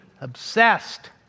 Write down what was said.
obsessed